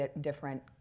different